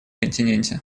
континенте